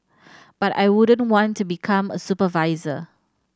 but I wouldn't want to become a supervisor